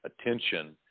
attention